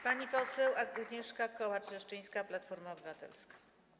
Pani poseł Agnieszka Kołacz-Leszczyńska, Platforma Obywatelska.